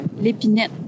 l'épinette